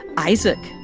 isaac.